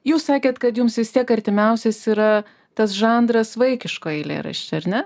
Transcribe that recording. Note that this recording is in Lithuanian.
jūs sakėt kad jums vis tiek artimiausias yra tas žanras vaikiško eilėraščio ar ne